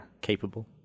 capable